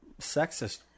sexist